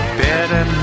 better